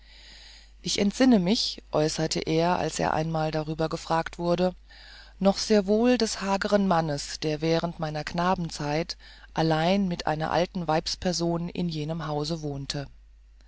ich entsinne mich äußerte er als er einmal darüber befragt wurde noch sehr wohl des hagern mannes der während meiner knabenzeit allein mit einer alten weibsperson in jenem haus wohnte